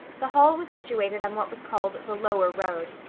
the hall was situated on what was called the lower road.